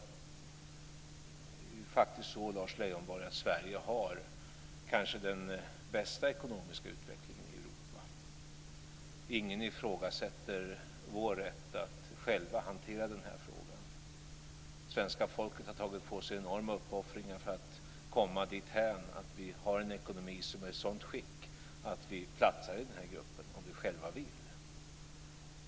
Det är faktiskt så, Lars Leijonborg, att Sverige kanske har den bästa ekonomiska politiken i Europa. Ingen ifrågasätter vår rätt att själva hantera den här frågan. Svenska folket har tagit på sig enorma uppoffringar för att komma dithän att vi har en ekonomi som är i ett sådant skick att vi platsar i den här gruppen, om vi själva vill.